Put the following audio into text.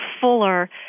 fuller